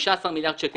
ביחד זה 15 מיליארד שקל.